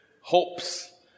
hopes